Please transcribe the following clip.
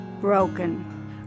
Broken